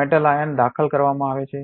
metal ion દાખલ કરવામાં આવે છે